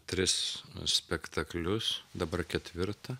tris spektaklius dabar ketvirtą